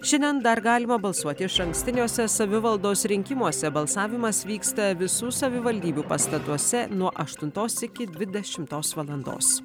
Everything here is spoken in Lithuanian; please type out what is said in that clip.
šiandien dar galima balsuoti išankstiniuose savivaldos rinkimuose balsavimas vyksta visų savivaldybių pastatuose nuo aštuntos iki dvidešimtos valandos